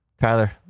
Tyler